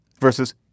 versus